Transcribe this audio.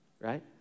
right